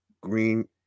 green